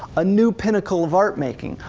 a new pinnacle of art-making.